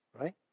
Right